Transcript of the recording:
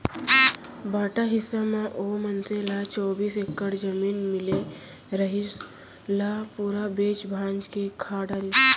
बांटा हिस्सा म ओ मनसे ल चौबीस एकड़ जमीन मिले रिहिस, ल पूरा बेंच भांज के खा डरिस